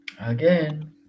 Again